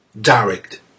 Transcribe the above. direct